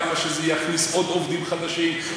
כמה שזה יכניס עוד עובדים חדשים,